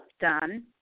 done